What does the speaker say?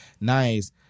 nice